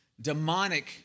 demonic